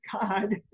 God